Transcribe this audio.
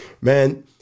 Man